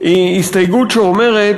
היא הסתייגות שאומרת